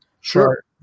sure